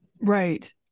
right